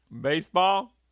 Baseball